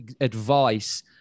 advice